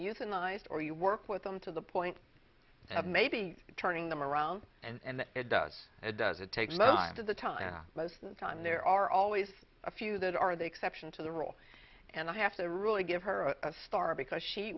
euthanized or you work with them to the point of maybe turning them around and it does it does it take some time to the time most of the time there are always a few that are the exception to the rule and i have to really give her a star because she